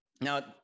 now